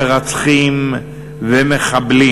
מרצחים ומחבלים.